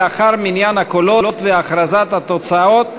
לאחר מניין הקולות והכרזת התוצאות,